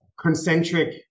concentric